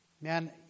Man